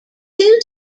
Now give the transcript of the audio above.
two